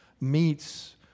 meets